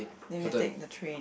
then you can take the train